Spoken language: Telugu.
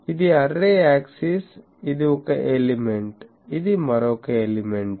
ఇది అర్రే యాక్సిస్ ఇది ఒక ఎలిమెంట్ ఇది మరొక ఎలిమెంట్